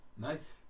Nice